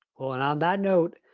well, and on that note,